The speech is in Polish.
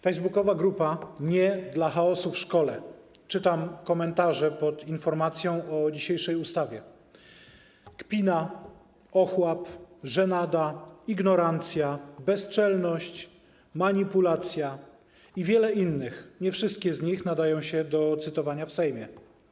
Facebookowa grupa ˝Nie dla chaosu w szkole˝, czytam komentarze pod informacją o omawianej dzisiaj ustawie: kpina, ochłap, żenada, ignorancja, bezczelność, manipulacja i wiele innych - nie wszystkie z nich nadają się do cytowania w Sejmie.